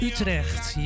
Utrecht